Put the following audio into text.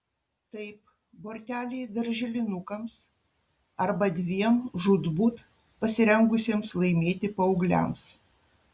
taip borteliai darželinukams arba dviem žūtbūt pasirengusiems laimėti paaugliams